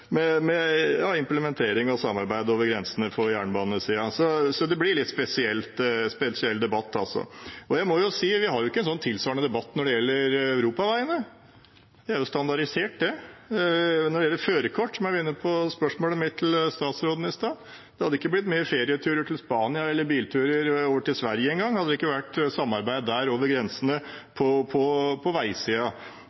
implementering og samarbeid over grensene på jernbanesiden. Så det blir en litt spesiell debatt. Vi har ikke en tilsvarende debatt når det gjelder europaveiene. De er jo standardisert. Når det gjelder førerkort, som jeg var inne på i spørsmålet mitt til statsråden i stad: Det hadde ikke blitt mange ferieturer til Spania eller bilturer over til Sverige hadde det ikke vært samarbeid over grensene